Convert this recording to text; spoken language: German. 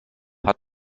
hat